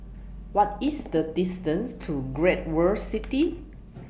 What IS The distance to Great World City